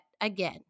again